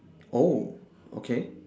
oh okay